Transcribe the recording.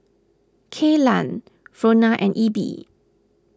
Kaylan Frona and Ebbie